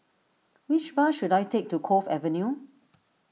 which bus should I take to Cove Avenue